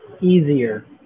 easier